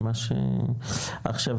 עכשיו,